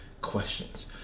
questions